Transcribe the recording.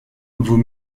vous